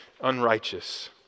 unrighteous